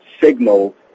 signal